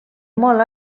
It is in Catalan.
molt